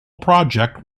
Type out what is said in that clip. project